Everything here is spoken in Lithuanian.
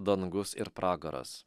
dangus ir pragaras